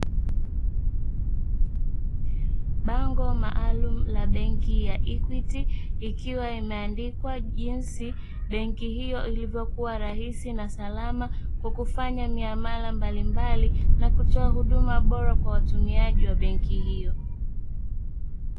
Bango maalumu la benki ya EQUITY likiwa limeandikwa jinsi benki hio ilivyokuwa rahisi na salama kwa kufanya miamala mbalimbali na kutoa huduma bora ya benki hio.